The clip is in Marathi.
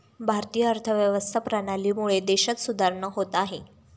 भारतीय अर्थव्यवस्था प्रणालीमुळे देशात सुधारणा होत आहे